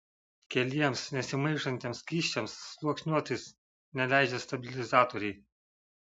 keliems nesimaišantiems skysčiams sluoksniuotis neleidžia stabilizatoriai